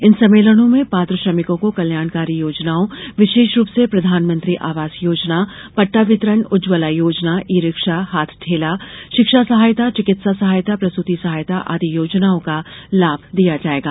इन सम्मेलनों में पात्र श्रमिकों को कल्याणकारी योजनाओं विशेष रूप से प्रधानमंत्री आवास योजना पट्टा वितरण उज्जवला योजना ई रिक्शा हाथ ठेला शिक्षा सहायता चिकित्सा सहायता प्रसूति सहायता आदि योजनाओं का लाभ दिया जायेगा